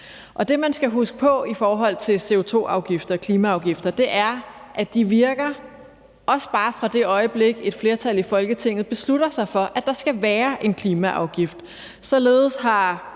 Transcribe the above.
Det, man skal huske på i forhold til CO2-afgifter og klimaafgifter, er, at de virker fra det øjeblik, et flertal i Folketinget beslutter sig for, at der skal være en klimaafgift.